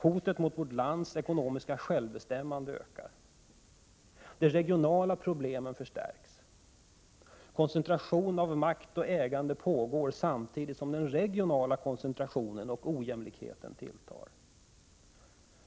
Hotet mot vårt lands ekonomiska självbestämmande ökar. De regionala problemen förstärks. Koncentration av makt och ägande pågår, samtidigt som den regionala koncentrationen och ojämlikheten tilltar.